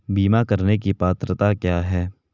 बीमा करने की पात्रता क्या है?